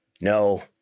No